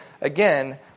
again